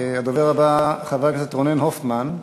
הדובר הבא, חבר הכנסת רונן הופמן.